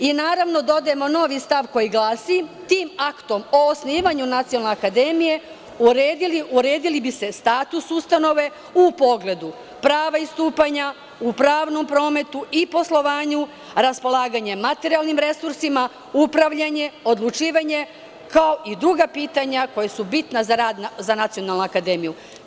Mi dodajemo novi stav koji glasi – tim aktom o osnivanju Nacionalne akademije, uredili bi se status ustanove u pogledu prava istupanja u pravnom prometu i poslovanju, raspolaganje materijalnim resursima, upravljanje, odlučivanje, kao i druga pitanja koja su bitna za Nacionalnu akademiju.